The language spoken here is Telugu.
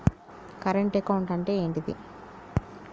కరెంట్ అకౌంట్ అంటే ఏంటిది?